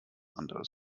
anderes